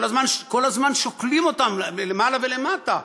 כל הזמן שוקלים אותם, למעלה ולמטה.